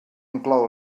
inclou